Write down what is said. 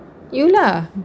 you lah